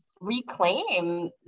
reclaim